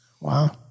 wow